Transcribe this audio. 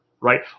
right